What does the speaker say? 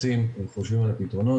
רוצים וחושבים על הפתרונות,